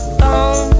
boom